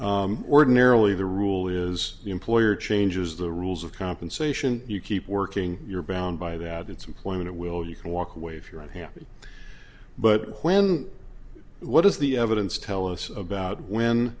right ordinarily the rule is the employer changes the rules of compensation you keep working you're bound by that it's employment at will you can walk away if you're unhappy but when what is the evidence tell us about when